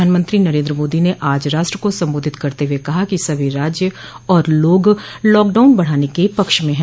प्रधानमंत्री नरेन्द्र मोदी ने आज राष्ट्र को संबोधित करते हुए कहा कि सभी राज्य और लोग लॉकडाउन बढ़ाने के पक्ष में हैं